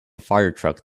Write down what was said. firetruck